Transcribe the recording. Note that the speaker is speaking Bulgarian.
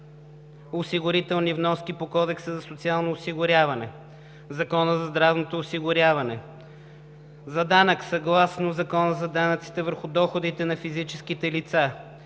осигурителни вноски по Кодекса за социално осигуряване, Закона за здравното осигуряване, за данък съгласно Закона за данъците върху доходите на физическите лица,